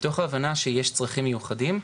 מתוך ההבנה שיש צרכים מיוחדים.